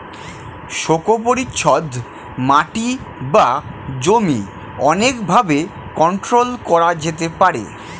শোক পরিচ্ছদ মাটি বা জমি অনেক ভাবে কন্ট্রোল করা যেতে পারে